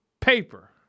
paper